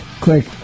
click